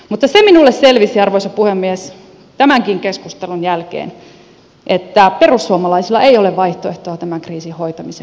mutta se minulle selvisi arvoisa puhemies tämänkin keskustelun jälkeen että perussuomalaisilla ei ole vaihtoehtoa tämän kriisin hoitamiseen